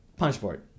punchboard